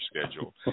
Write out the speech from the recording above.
schedule